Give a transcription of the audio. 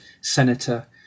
Senator